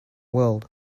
world